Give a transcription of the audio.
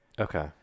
Okay